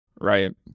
Right